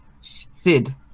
sid